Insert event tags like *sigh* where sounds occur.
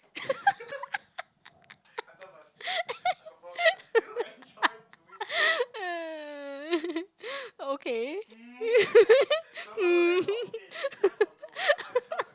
*laughs* uh okay *laughs* um *laughs*